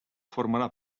formarà